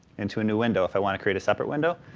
into a new window if i want to create a separate window.